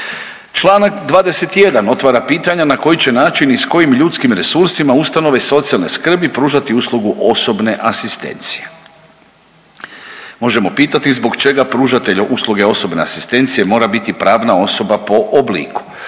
Čl. 21 otvara pitanja na koji će način i s kojim ljudskim resursima ustanove socijalne skrbi pružati uslugu osobne asistencije. Možemo pitati zbog čega pružatelj usluge osobne asistencije mora biti pravna osoba po obliku?